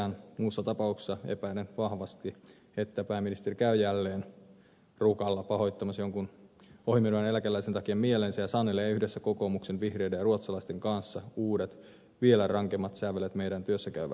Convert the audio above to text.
muussa tapauksessa epäilen vahvasti että pääministeri käy jälleen rukalla pahoittamassa jonkun ohimenevän eläkeläisen takia mielensä ja sanelee yhdessä kokoomuksen vihreiden ja ruotsalaisten kanssa uudet vielä rankemmat sävelet meidän työssä käyvä